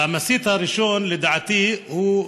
והמסית הראשון, לדעתי,